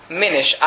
minish